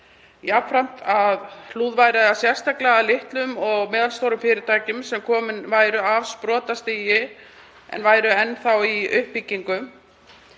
jafnframt að hlúð væri sérstaklega að litlum og meðalstórum fyrirtækjum sem komin væru af sprotastigi en væru enn þá í uppbyggingu.